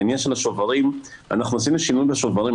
אנחנו עשינו שינוי בשוברים,